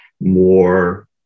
more